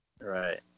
Right